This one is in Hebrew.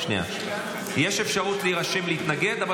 מה